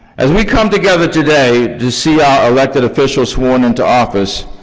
as we come together today to see our elected officials sworn into office,